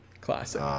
Classic